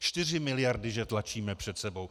Čtyři miliardy že tlačíme před sebou.